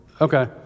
Okay